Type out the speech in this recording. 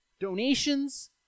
donations